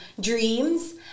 dreams